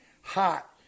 hot